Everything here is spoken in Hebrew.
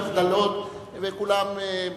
וכולם,